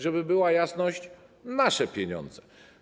Żeby była jasność, nasze pieniądze.